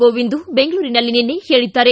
ಗೋವಿಂದು ಬೆಂಗಳೂರಿನಲ್ಲಿ ನಿನ್ನೆ ಹೇಳಿದ್ದಾರೆ